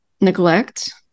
neglect